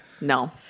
No